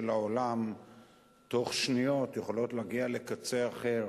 העולם בתוך שניות יכולות להגיע לקצה אחר,